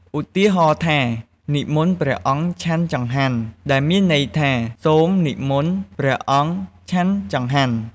ឧទាហរណ៍ថា"និមន្តព្រះអង្គឆាន់ចង្ហាន់" ដែលមានន័យថា "សូមនិមន្តព្រះអង្គឆាន់ចង្ហាន់"។